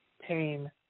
pain